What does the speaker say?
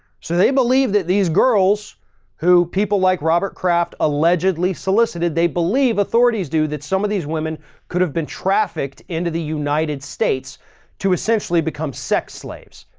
so they believe that these girls who people like robert kraft allegedly solicited, they believe authorities do that. some of these women could have been trafficked into the united states to essentially become sex slaves.